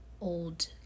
old